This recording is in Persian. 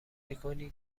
میکنه